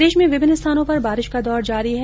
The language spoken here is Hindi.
प्रदेश में विभिन्न स्थानों पर बारिश का दौर जारी है